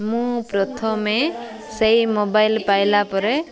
ମୁଁ ପ୍ରଥମେ ସେଇ ମୋବାଇଲ୍ ପାଇଲା ପରେ